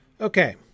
Okay